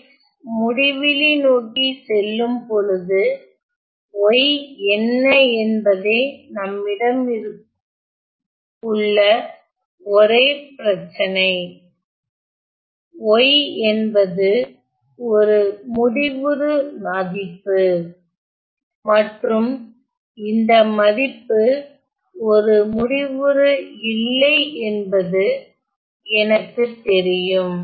x முடிவிலி நோக்கி செல்லும் பொழுது y என்ன என்பதே நம்மிடம் உள்ள ஒரே பிரச்சனை y என்பது ஒரு முடிவுறு மதிப்பு மற்றும் இந்த மதிப்பு ஒரு முடிவுறு இல்லை என்பது எனக்கு தெரியும்